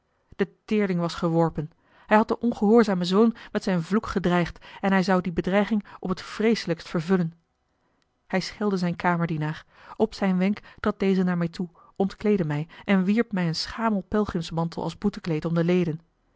de teerling was geworpen hij had den ongehoorzamen zoon met zijn vloek gedreigd en hij zou die bedreiging op t vreeselijkst vervullen hij schelde zijn kamerdienaar op zijn wenk trad deze naar mij toe ontkleedde mij en wierp mij een schamelen pelgrimsmantel als boetekleed om de leden